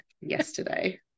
yesterday